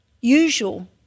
usual